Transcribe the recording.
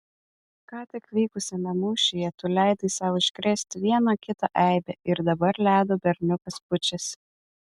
ką tik vykusiame mūšyje tu leidai sau iškrėsti vieną kitą eibę ir dabar ledo berniukas pučiasi